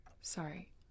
sorry